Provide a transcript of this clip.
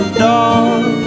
dog